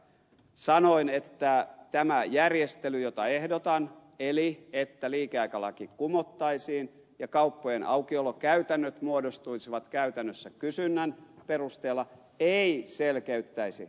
sanoin että tämä järjestely jota ehdotan eli että liikeaikalaki kumottaisiin ja kauppojen aukiolokäytännöt muodostuisivat käytännössä kysynnän perusteella ei selkeyttäisi ed